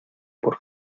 por